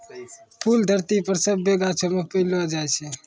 फूल धरती पर सभ्भे गाछौ मे पैलो जाय छै